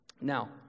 Now